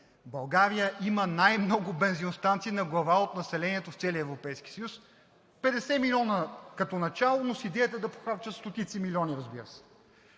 България има най-много бензиностанции на глава от населението в целия Европейски съюз – 50 милиона като начало, но с идеята да похарчат стотици милиони, разбира се.